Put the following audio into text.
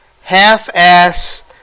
half-ass